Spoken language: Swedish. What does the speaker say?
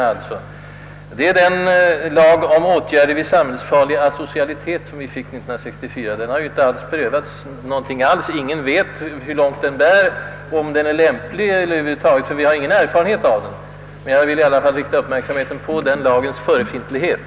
Jag avser lagen om åtgärder vid samhällsfarlig asocialitet. Den har hittills knappast prövats; ingen vet hur långt den bär och om den över huvud taget är lämplig i dessa fall. Vi har ju ingen erfarenhet av den. Men jag vill i alla fall här rikta uppmärksamheten på lagens förefintlighet.